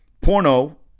porno